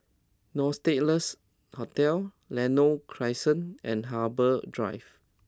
Nostalgia nurse Hotel Lentor Crescent and Harbour Drive